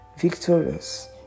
victorious